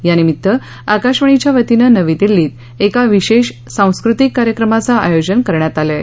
यानिमित्त आकाशवाणीच्या वतीनं नवी दिल्ली श्विं एका विशेष सांस्कृतिक कार्यक्रमाचं आयोजन करण्यात आलं आहे